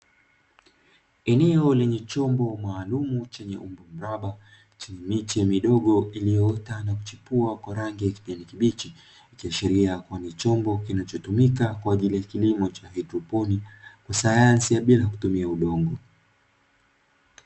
Eneo lenye chombo maalumu chenye umbo mraba chenye miche iliyopita na kuchipua kwa rangi ya kijani kibichi, ikiashiria kuwa ni chombo kinachotumika kwa ajili ya kilimo cha haidroponi, cha sayansi ya bila kutumia udongo.